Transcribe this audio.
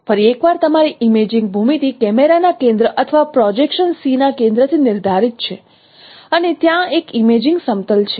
ફરી એકવાર તમારી ઇમેજિંગ ભૂમિતિ કેમેરાના કેન્દ્ર અથવા પ્રોજેક્શન C ના કેન્દ્રથી નિર્ધારિત છે અને ત્યાં એક ઇમેજિંગ સમતલ છે